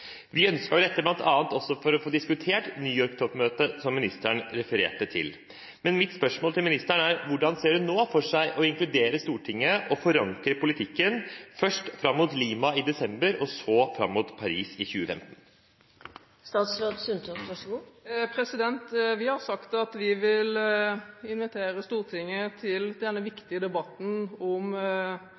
Vi ønsket jo dette bl.a. også for å få diskutert toppmøtet i New York, som ministeren refererte til. Men mitt spørsmål til ministeren er: Hvordan ser hun nå for seg å inkludere Stortinget og forankre politikken – først fram mot Lima i desember og så fram mot Paris 2015? Vi har sagt at vi vil invitere Stortinget til denne viktige debatten om